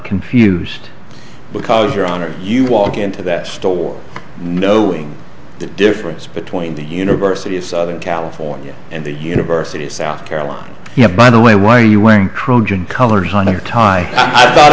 confused because your honor you walk into that store knowing the difference between the university of southern california and the university of south carolina you have by the way why are you wearing crow john colored on your tie i thought